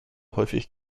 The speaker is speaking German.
häufig